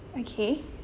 okay